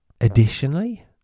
additionally